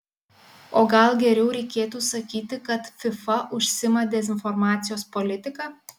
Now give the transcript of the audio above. o gal geriau reikėtų sakyti kad fifa užsiima dezinformacijos politika